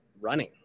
running